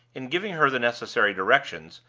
in giving her the necessary directions,